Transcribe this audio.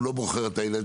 הוא לא בוחר את הילדים,